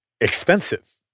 expensive